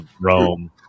Rome